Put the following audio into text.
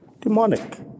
demonic